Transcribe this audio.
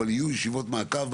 אבל יהיו ישיבות מעקב.